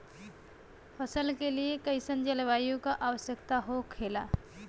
फसल के लिए कईसन जलवायु का आवश्यकता हो खेला?